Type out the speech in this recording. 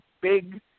big